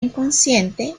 inconsciente